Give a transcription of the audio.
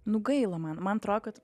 nu gaila man man atrodo kad